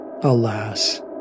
Alas